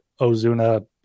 Ozuna